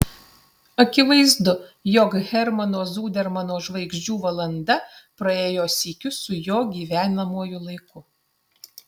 akivaizdu jog hermano zudermano žvaigždžių valanda praėjo sykiu su jo gyvenamuoju laiku